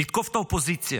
לתקוף את האופוזיציה.